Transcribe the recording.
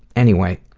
anyway,